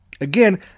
Again